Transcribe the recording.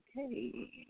Okay